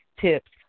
tips